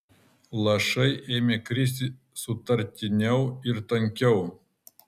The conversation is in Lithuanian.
lašai ėmė kristi sutartiniau ir tankiau